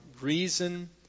reason